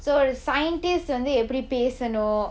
so ஒரு:oru scientist வந்து எப்படி பேசனும்:vanthu eppadi pesanum